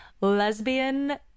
lesbian